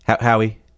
Howie